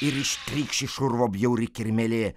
ir ištrykš iš urvo bjauri kirmėlė